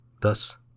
Thus